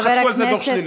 הן חטפו על זה דוח שלילי.